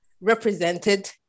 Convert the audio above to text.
represented